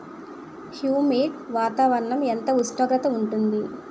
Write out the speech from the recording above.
Humid వాతావరణం ఎంత ఉష్ణోగ్రత ఉంటుంది?